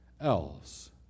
else